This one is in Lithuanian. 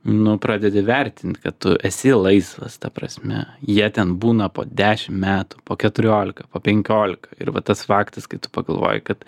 nu pradedi vertint kad tu esi laisvas ta prasme jie ten būna po dešimt metų po keturiolika po penkiolika ir va tas faktas kai tu pagalvoji kad